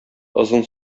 озын